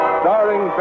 starring